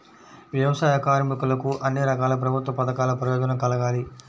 వ్యవసాయ కార్మికులకు అన్ని రకాల ప్రభుత్వ పథకాల ప్రయోజనం కలగాలి